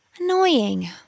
Annoying